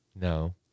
No